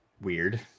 weird